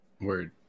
Word